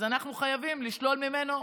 אז אנחנו חייבים לשלול ממנו,